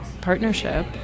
partnership